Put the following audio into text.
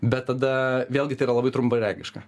bet tada vėlgi tai yra labai trumparegiška